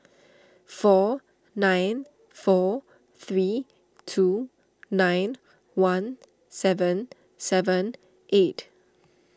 four nine four three two nine one seven seven eight